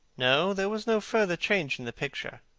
no there was no further change in the picture.